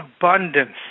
abundance